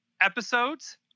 episodes